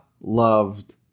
loved